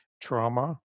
trauma